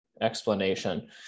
explanation